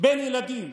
בין ילדים,